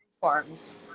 Farms